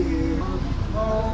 you know